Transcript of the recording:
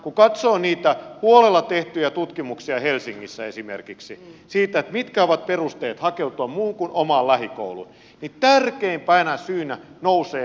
kun katsoo niitä huolella tehtyjä tutkimuksia helsingissä esimerkiksi siitä mitkä ovat perusteet hakeutua muuhun kuin omaan lähikouluun niin tärkeimmäksi syyksi nousee maine